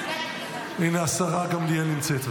השרה גמליאל נמצאת.